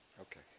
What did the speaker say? Okay